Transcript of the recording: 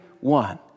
one